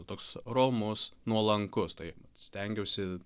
toks romus nuolankus tai stengiausi